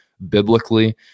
Biblically